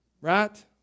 Right